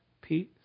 peace